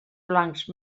blancs